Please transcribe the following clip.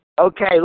Okay